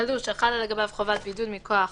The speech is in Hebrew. (1) כלוא שחלה לגביו חובת בידוד מכוח